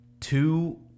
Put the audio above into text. two